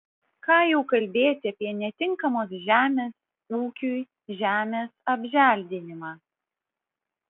ką jau kalbėti apie netinkamos žemės ūkiui žemės apželdinimą